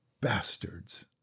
Bastards